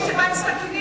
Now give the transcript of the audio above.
מי שבא עם סכינים,